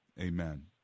amen